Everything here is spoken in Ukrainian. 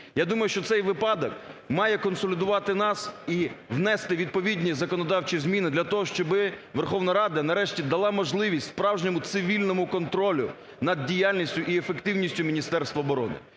Я думаю, що цей випадок має консолідувати нас і внести відповідні законодавчі зміни для того, щоб Верховна Рада, нарешті, дала можливість справжньому цивільному контролю над діяльністю і ефективністю Міністерства оборони.